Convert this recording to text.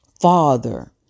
father